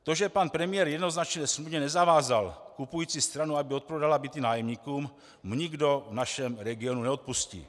To, že pan premiér jednoznačně smluvně nezavázal kupující stranu, aby odprodala byty nájemníkům, mu nikdo v našem regionu neodpustí.